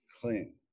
clean